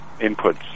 inputs